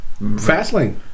Fastlane